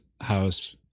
house